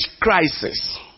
crisis